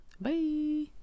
bye